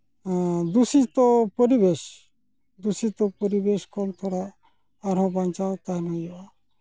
ᱫᱩᱥᱤᱛᱚ ᱯᱚᱨᱤᱵᱮᱥ ᱫᱩᱥᱤᱛᱚ ᱯᱚᱨᱤᱵᱮᱥ ᱠᱷᱚᱱ ᱛᱷᱚᱲᱟ ᱟᱨᱦᱚᱸ ᱵᱟᱧᱪᱟᱣ ᱛᱟᱦᱮᱱ ᱦᱩᱭᱩᱜᱼᱟ